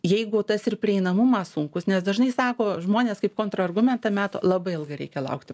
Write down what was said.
jeigu tas ir prieinamumas sunkus nes dažnai sako žmonės kaip kontrargumentą meta labai ilgai reikia laukti